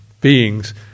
beings